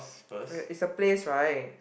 wait it's a place right